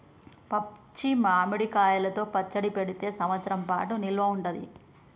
పచ్చి మామిడి కాయలతో పచ్చడి పెడితే సంవత్సరం పాటు నిల్వ ఉంటది